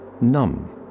numb